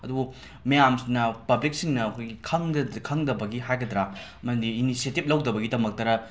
ꯑꯗꯨꯕꯨ ꯃꯌꯥꯝꯁꯤꯡꯅ ꯄꯕ꯭ꯂꯤꯛꯁꯤꯡꯅ ꯑꯩꯈꯣꯏꯒꯤ ꯈꯪꯗ ꯈꯪꯗꯕꯒꯤ ꯍꯥꯏꯒꯗꯔ ꯑꯃꯗꯤ ꯏꯅꯤꯁꯤꯌꯦꯇꯤꯞ ꯂꯧꯗꯕꯒꯤꯗꯃꯛꯇꯔ